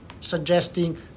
suggesting